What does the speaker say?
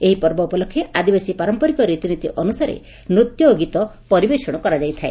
ଏହି ପର୍ବ ଉପଲକ୍ଷେ ଆଦିବାସୀ ପାରଖ୍ରିକ ରୀତିନୀତ ଅନୁସାରେ ନୂତ୍ୟ ଓ ଗୀତ ପରିବେଷଣ କରାଯାଇଥାଏ